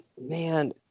Man